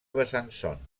besançon